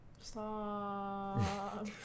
stop